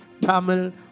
Tamil